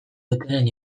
dutenen